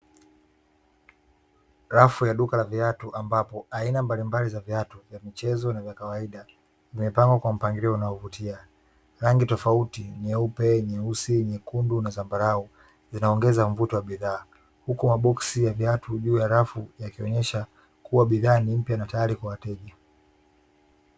Rafu ya duka la viatu ambapo aina mbalimbali za viatu vya michezo na vya kawaida vimepangwa kwa mpangilio unaovutia, rangi tofauti nyeupe, nyeusi, nyekundu na zambarau huku maboksi ya viatu, halafu yakionyesha kuwa bidhaa ni mpya na tayari kwa wateja.